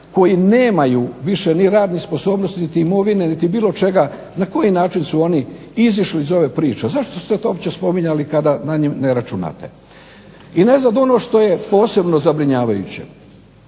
koji nemaju više ni radne sposobnosti, niti imovine, niti bilo čega, na koji način su oni izišli iz ove priče? Zašto ste to uopće spominjali, kada na njih ne računate? I najzad ono što je posebno zabrinjavajuće.